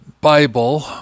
Bible